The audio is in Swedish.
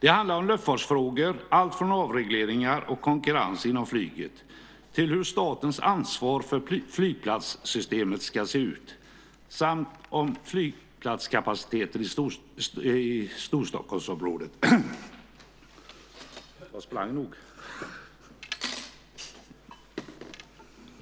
Det handlar om luftfartsfrågor - alltifrån avregleringar och konkurrens inom flyget till hur statens ansvar för flygplatssystemet ska se ut samt om flygplatskapaciteten i Storstockholmsområdet.